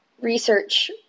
research